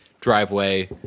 driveway